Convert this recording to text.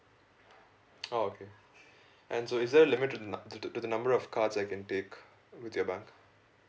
oh okay and so is there a limit to num~ to to to the number of cards I can take with your bank